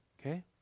okay